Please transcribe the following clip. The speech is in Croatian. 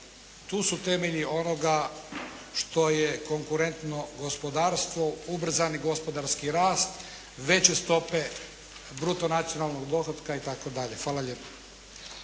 tu su temelji onoga što je konkurentno gospodarstvo, ubrzani gospodarski rast, veće stope bruto nacionalnog dohotka itd. Hvala lijepo.